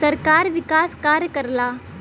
सरकार विकास कार्य करला